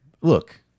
Look